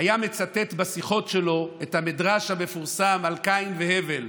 היה מצטט בשיחות שלו את המדרש המפורסם על קין והבל.